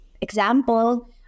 example